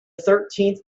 thirteenth